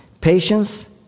Patience